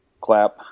Clap